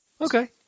okay